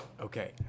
okay